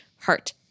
Heart